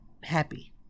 happy